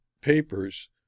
papers